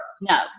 no